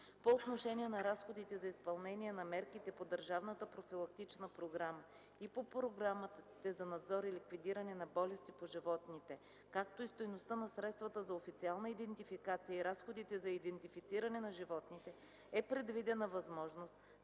По отношение на разходите за изпълнение на мерките по държавната профилактична програма и по програмите за надзор и ликвидиране на болести по животните, както и стойността на средствата за официална идентификация и разходите за идентифициране на животните е предвидена възможност,